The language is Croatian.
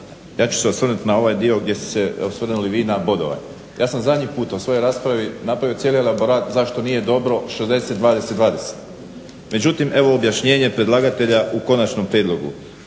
ja ću se osvrnuti na ovaj dio gdje ste se vi osvrnuli na bodovanje. Ja sam zadnji put u svojoj raspravi napravio cijeli elaborat zašto nije dobro 60:20:20. Međutim, evo objašnjenje predlagatelja u konačnom prijedlogu.